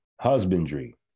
Husbandry